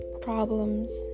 problems